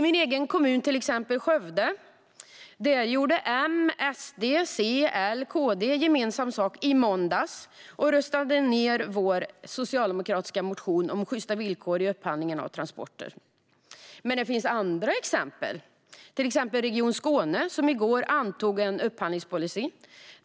Till exempel i min egen kommun, Skövde, gjorde M, SD, C, L och KD gemensam sak i måndags och röstade ned vår socialdemokratiska motion om sjysta villkor vid upphandling av transporter. Men det finns andra exempel, till exempel Region Skåne, som i går antog en upphandlingspolicy.